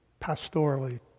pastorally